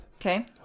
Okay